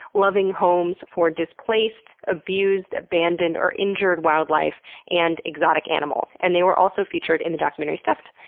loving homes for displaced, abused, abandoned, or injured wildlife and exotic animals. and they were also featured in the documentary, stuffed,